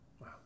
Wow